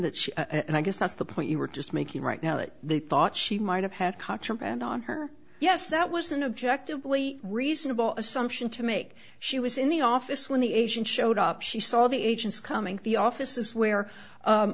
she and i guess that's the point you were just making right now that they thought she might have had contraband on her yes that was an objective blee reasonable assumption to make she was in the office when the asian showed up she saw the agents coming to the offices where